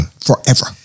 forever